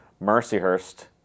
Mercyhurst